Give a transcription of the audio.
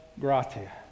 gratia